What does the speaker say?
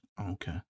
Okay